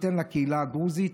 תיתן לקהילה הדרוזית.